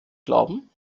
glauben